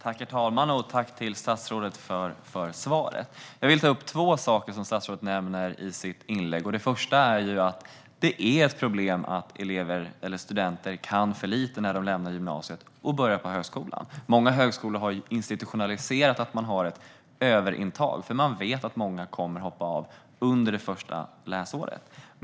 Herr talman! Tack, statsrådet, för svaret! Jag vill ta upp två saker som statsrådet nämner i sitt inlägg. Det första är att det är ett problem att elever eller studenter kan för lite när de lämnar gymnasiet och börjar på högskolan. Många högskolor har institutionaliserat att de har ett överintag, för de vet att många kommer att hoppa av under det första läsåret.